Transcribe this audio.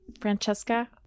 Francesca